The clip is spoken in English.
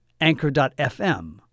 Anchor.fm